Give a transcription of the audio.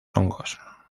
hongos